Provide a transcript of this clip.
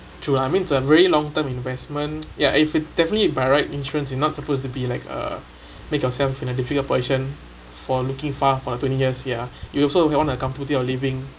true lah I mean it's a very long term investment ya if it definitely if by right insurance is not supposed to be like a make yourself in a difficult position for looking far for the twenty years ya you also you want a comfortable of living